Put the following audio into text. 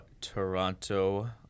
Toronto